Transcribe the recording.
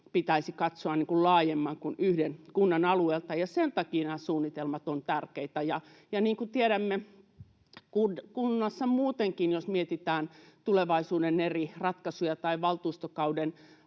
pitäisi katsoa laajemmin kuin yhden kunnan alueelta, ja sen takia nämä suunnitelmat ovat tärkeitä. Niin kuin tiedämme, jos kunnassa muutenkin mietitään tulevaisuuden eri ratkaisuja tai valtuustokauden